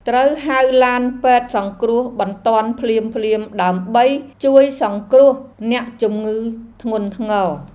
ត្រូវហៅឡានពេទ្យសង្គ្រោះបន្ទាន់ភ្លាមៗ ដើម្បីជួយសង្គ្រោះអ្នកជំងឺធ្ងន់ធ្ងរ។